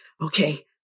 Okay